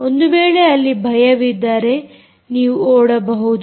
ಒಂದು ವೇಳೆ ಅಲ್ಲಿ ಭಯವಿದ್ದರೆ ನೀವು ಓಡಬಹುದು